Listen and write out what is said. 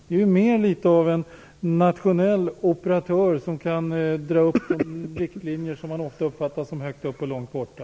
Det är mer av en nationell operatör som drar upp riktlinjer som ofta uppfattas som högt upp och långt borta.